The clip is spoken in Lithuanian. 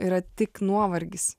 yra tik nuovargis